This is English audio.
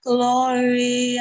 Glory